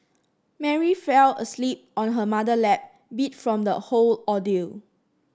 Mary fell asleep on her mother lap beat from the whole ordeal